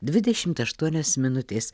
dvidešimt aštuonios minutės